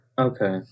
Okay